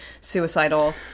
suicidal